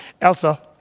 Elsa